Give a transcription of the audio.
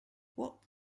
what